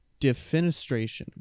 Defenestration